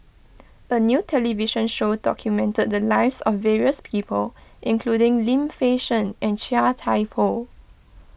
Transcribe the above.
a new television show documented the lives of various people including Lim Fei Shen and Chia Thye Poh